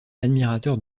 admirateur